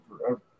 forever